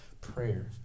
prayer